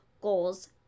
goals